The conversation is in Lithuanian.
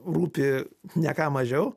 rūpi ne ką mažiau